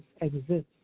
exists